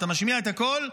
אתה משמיע את הקול,